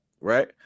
Right